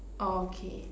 orh okay